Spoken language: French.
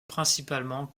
principalement